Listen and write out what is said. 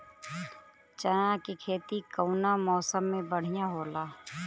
चना के खेती कउना मौसम मे बढ़ियां होला?